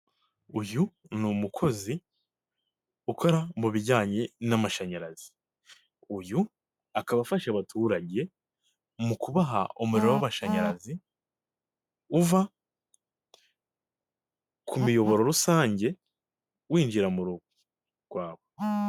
Uyu ni umukozi ukora mu bijyanye n'amashanyarazi, uyu akaba afasha abaturage mu kubaha umuriro w'amashanyarazi, uva ku miyoboro rusange winjira mu rugo rwawe.